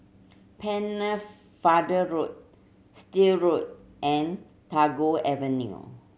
Pennefather Road Still Road and Tagore Avenue